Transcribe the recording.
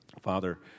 Father